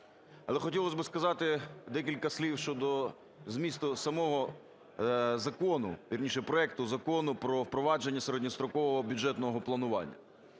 Але хотілось би сказати декілька слів щодо змісту самого закону, вірніше, проекту Закону про впровадження середньострокового бюджетного планування.